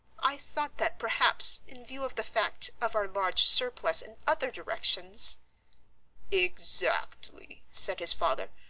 i thought that perhaps, in view of the fact of our large surplus in other directions exactly, said his father,